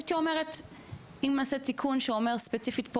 הייתי אומרת שאם נעשה תיקון שאומר ספציפית פה